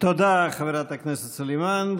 תודה, חברת הכנסת סלימאן.